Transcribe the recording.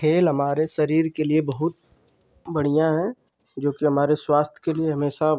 खेल हमारे शरीर के लिए बहुत बढ़ियाँ हैं जो कि हमारे स्वास्थ्य के लिए हमेशा